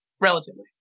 Relatively